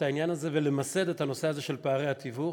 העניין הזה ולמסד את הנושא הזה של פערי התיווך,